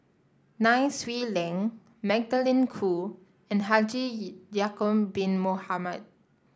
Nai Swee Leng Magdalene Khoo and Haji Ya'acob Bin Mohamed